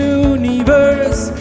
universe